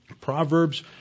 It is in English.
Proverbs